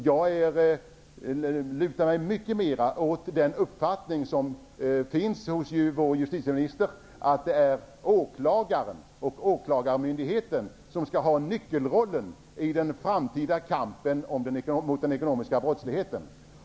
Jag lutar mycket mer åt den uppfattning som vår justitieminister har, att det är åklagarmyndigheten som skall ha nyckelrollen i den framtida kampen mot den ekonomiska brottsligheten.